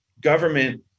government